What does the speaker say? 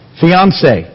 fiance